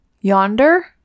Yonder